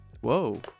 Whoa